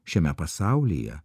šiame pasaulyje